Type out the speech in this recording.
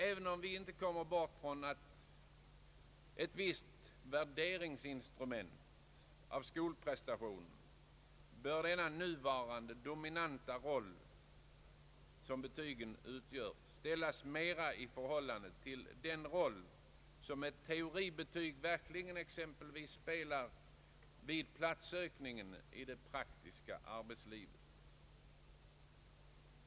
Även om vi inte kommer bort från ett visst värderingsinstrument i skolprestationen, bör den dominanta roll som betygen nu utgör ställas mer i förhållande till den roll som ett teoribetyg verkligen spelar exempelvis vid sökande av plats i det praktiska arbetslivet.